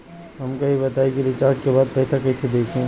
हमका ई बताई कि रिचार्ज के बाद पइसा कईसे देखी?